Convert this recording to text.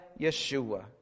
Yeshua